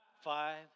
Five